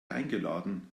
eingeladen